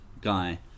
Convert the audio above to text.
guy